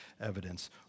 evidence